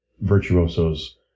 virtuosos